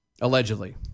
allegedly